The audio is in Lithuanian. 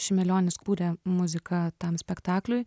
šimelionis kūrė muziką tam spektakliui